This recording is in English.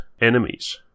enemies